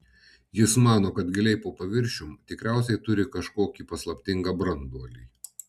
jis mano kad giliai po paviršium tikriausiai turi kažkokį paslaptingą branduolį